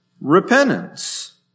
Repentance